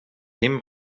him